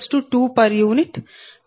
u PLoss0